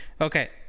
Okay